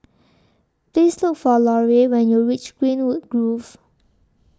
Please Look For Larae when YOU REACH Greenwood Grove